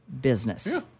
business